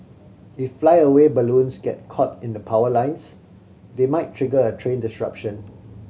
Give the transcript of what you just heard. if flyaway balloons get caught in the power lines they might trigger a train disruption